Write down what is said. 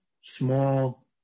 small